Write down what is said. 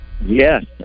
Yes